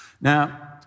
Now